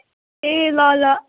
ए ल ल